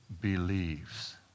believes